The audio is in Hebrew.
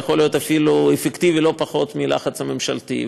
יכול להיות אפילו אפקטיבי לא פחות מהלחץ הממשלתי,